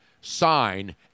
sign